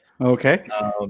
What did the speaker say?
Okay